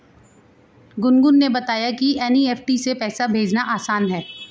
गुनगुन ने बताया कि एन.ई.एफ़.टी से पैसा भेजना आसान है